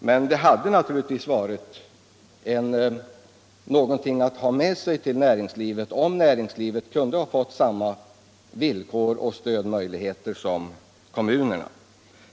Men det hade naturligtvis varit någonting att ha med sig till näringslivet, om näringslivet kunde ha fått samma villkor och stödmöjligheter som kommunerna.